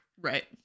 right